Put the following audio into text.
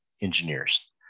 engineers